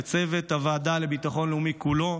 לצוות הוועדה לביטחון לאומי כולו,